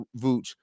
Vooch